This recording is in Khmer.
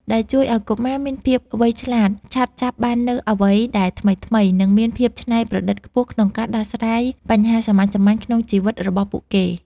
ដែលជួយឱ្យកុមារមានភាពវៃឆ្លាត ឆាប់ចាប់បាននូវអ្វីដែលថ្មីៗ និងមានភាពច្នៃប្រឌិតខ្ពស់ក្នុងការដោះស្រាយបញ្ហាសាមញ្ញៗក្នុងជីវិតរបស់ពួកគេ។